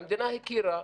והמדינה הכירה.